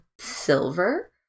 silver